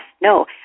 no